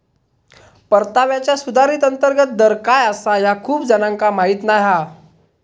परताव्याचा सुधारित अंतर्गत दर काय आसा ह्या खूप जणांका माहीत नाय हा